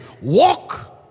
walk